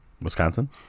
Wisconsin